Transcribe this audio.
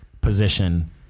position